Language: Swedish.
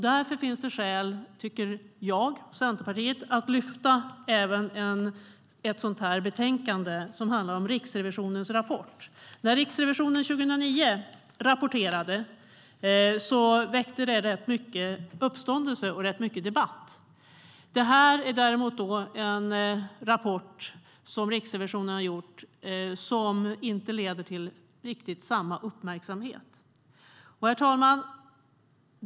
Därför tycker jag och Centerpartiet att det finns skäl att lyfta fram även detta betänkande som handlar om Riksrevisionens rapport. När Riksrevisionen rapporterade 2009 väckte det rätt mycket uppståndelse och debatt. Detta är däremot en rapport som Riksrevisionen har gjort som inte riktigt leder till samma uppmärksamhet. Herr talman!